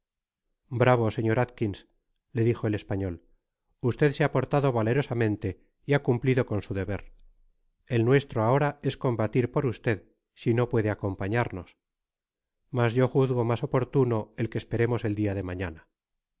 señor atkins le dijo el español usted se ha portado valerosamente y ha cumplido con su deber el nuestro ahora es combatir por usted si no puede acompasarnos mas yo juzgo mas oportuno el que esperemos el dia de mañana